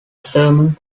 sermon